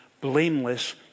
blameless